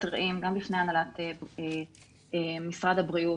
מתריעים גם בפני הנהלת משרד הבריאות